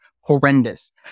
horrendous